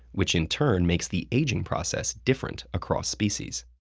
which in turn makes the aging process different across species.